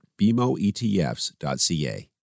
bmoetfs.ca